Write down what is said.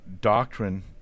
doctrine